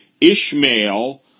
Ishmael